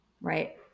right